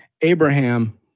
Abraham